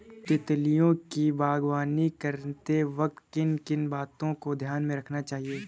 तितलियों की बागवानी करते वक्त किन किन बातों को ध्यान में रखना चाहिए?